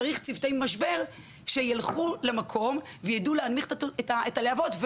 צריכים להיות צוותי משבר שילכו למקום ויידעו להנמיך את הלהבות,